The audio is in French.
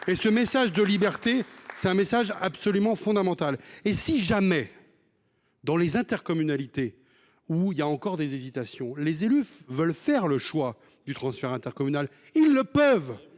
: ce message de liberté est absolument fondamental. Si, dans les intercommunalités où il y a encore des hésitations, les élus veulent faire le choix du transfert intercommunal, ils le pourront.